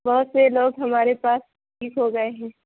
بہت سے لوگ ہمارے پاس ٹھیک ہو گئے ہیں